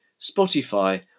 Spotify